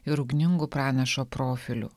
ir ugningu pranašo profiliu